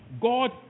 God